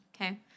Okay